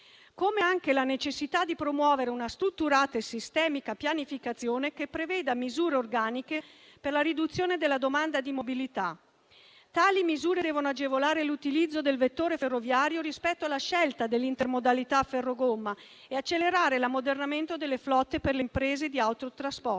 Vi è anche la necessità di promuovere una pianificazione strutturata e sistemica, che preveda misure organiche per la riduzione della domanda di mobilità. Tali misure devono agevolare l'utilizzo del vettore ferroviario rispetto alla scelta dell'intermodalità ferro-gomma e accelerare l'ammodernamento delle flotte delle imprese di autotrasporto.